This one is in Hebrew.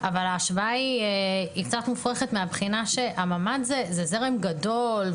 אבל ההשוואה היא קצת מופרכת מהבחינה שהממ"ד זה זרם גדול,